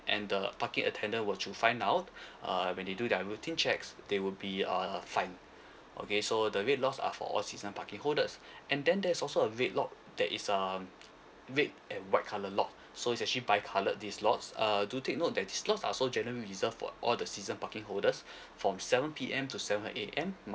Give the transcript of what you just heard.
and the parking attender were to find out uh when they do their routine checks they would be uh fine okay so the red lots are for all season parking holders and then there's also a red lot that is um red and white colour lot so it's actually by colored these lots uh do take note that these lots are generally reserved for all the season parking holders form seven P_M to seven A_M